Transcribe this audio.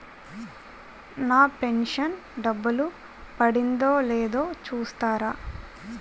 నా pension డబ్బులు పడిందో లేదో చూస్తారా?